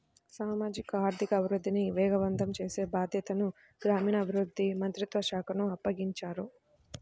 సామాజిక ఆర్థిక అభివృద్ధిని వేగవంతం చేసే బాధ్యతను గ్రామీణాభివృద్ధి మంత్రిత్వ శాఖకు అప్పగించారు